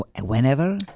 whenever